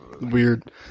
weird